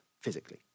physically